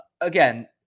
Again